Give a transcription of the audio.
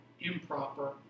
improper